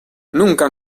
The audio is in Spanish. nunca